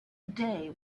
day